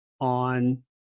on